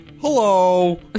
Hello